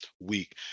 week